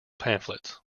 pamphlets